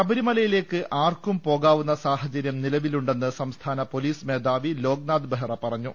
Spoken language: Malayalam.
ശബരിമലയിലേക്ക് ആർക്കും പോകാവുന്ന സാഹചര്യം നിലവിലുണ്ടെന്ന് സംസ്ഥാന പൊലീസ് മേധാവി ലോക്നാഥ് ബെഹ്റ പറഞ്ഞു